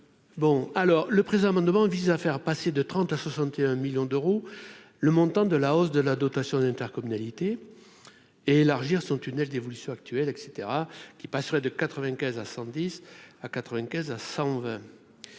bon alors le présent amendement vise à faire passer de 30 à 61 millions d'euros, le montant de la hausse de la dotation d'intercommunalité élargir son tunnel d'évolution actuelles et caetera, qui passerait de 95 à 110 à 95 à 120